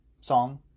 song